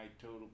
total